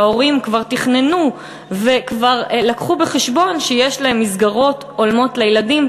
וההורים כבר תכננו וכבר הביאו בחשבון שיש להם מסגרות הולמות לילדים,